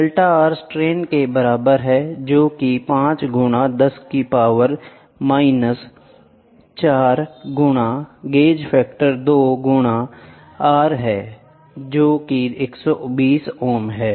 delta R strain के बराबर है जो कि 5 गुना 10 पावर माइनस 4 गुना गेज फैक्टर 2 गुना R है जो कि 120 ओम है